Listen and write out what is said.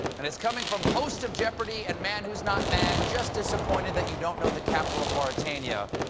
and it's coming from host of jeopardy! and man who's not mad, just disappointed that you don't know the capital of mauritania,